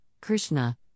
Krishna